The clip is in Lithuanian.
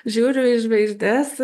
žiūriu į žvaigždes